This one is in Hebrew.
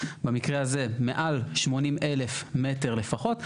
במקרה הזה מעל 80,000 מטר לפחות.